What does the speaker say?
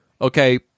okay